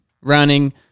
running